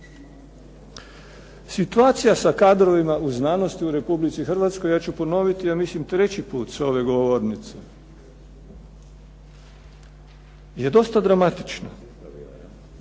Situacija sa kadrovima u znanosti u Republici Hrvatskoj, ja ću ponoviti ja mislim treći put sa ove govornice, je dosta dramatična.